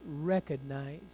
recognize